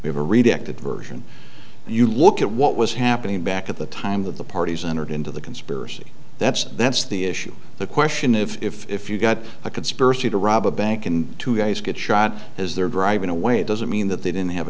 we have a redirected version and you look at what was happening back at the time that the parties and into the conspiracy that's that's the issue the question if you've got a conspiracy to rob a bank and two guys get shot as they're driving away it doesn't mean that they didn't have a